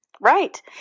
Right